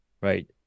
right